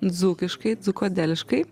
dzūkiškai dzūkodeliškai